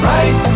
Right